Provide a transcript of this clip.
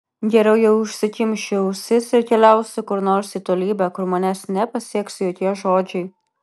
geriau jau užsikimšiu ausis ir keliausiu kur nors į tolybę kur manęs nepasieks jokie žodžiai